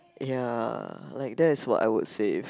ya like that is what I would say if